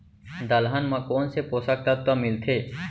दलहन म कोन से पोसक तत्व मिलथे?